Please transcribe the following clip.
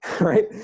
Right